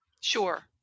Sure